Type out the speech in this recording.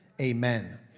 amen